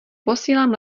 posílám